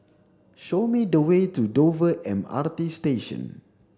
show me the way to Dover M R T Station